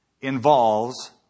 involves